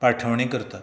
पाठवणी करतात